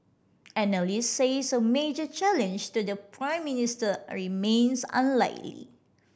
analysts says a major challenge to the Prime Minister remains unlikely